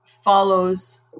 follows